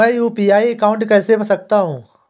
मैं UPI account कैसे बना सकता हूं?